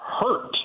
hurt